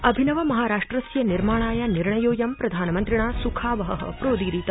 अभिनव महाराष्ट्रस्य निर्माणाय निर्णयोऽयं प्रधानमन्त्रिणा सुखावह प्रोदीरित